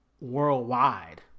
worldwide